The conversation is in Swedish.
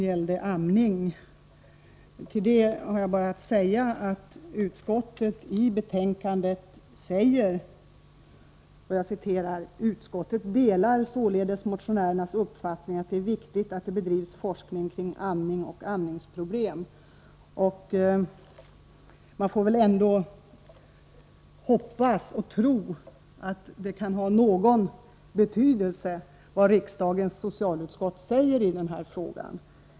Till det har jag bara att säga att utskottet i betänkandet skriver: ”Utskottet delar således motionärernas uppfattning att det är viktigt att det bedrivs forskning kring amning och amningsproblem.” Vi får väl ändå hoppas, och tro, att det kan ha någon betydelse vad riksdagens socialutskott säger i denna fråga.